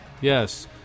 yes